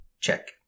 Check